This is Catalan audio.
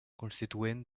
constituent